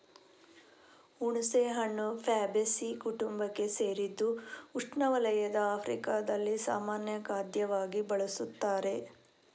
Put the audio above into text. ಹುಣಸೆಹಣ್ಣು ಫ್ಯಾಬೇಸೀ ಕುಟುಂಬಕ್ಕೆ ಸೇರಿದ್ದು ಉಷ್ಣವಲಯದ ಆಫ್ರಿಕಾದಲ್ಲಿ ಸಾಮಾನ್ಯ ಖಾದ್ಯವಾಗಿ ಬಳಸುತ್ತಾರೆ